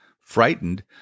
frightened